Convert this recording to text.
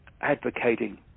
advocating